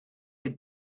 had